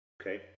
Okay